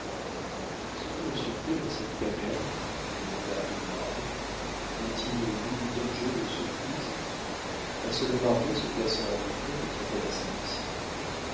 sommes-nous en sûreté dans cette caverne demanda heyward n'y a-t-il nul danger de surprise un seul homme armé se plaçant à l'entrée nous tiendrait à sa merci